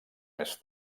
més